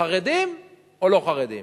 חרדים או לא חרדים?